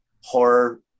horror